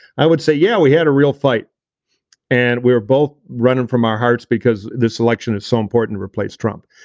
i would say, yeah, we had a real fight and we were both running from our hearts because this election is so important to replace trump.